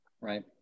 Right